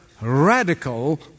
radical